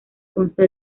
consta